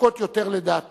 חזקות יותר, לדעתי,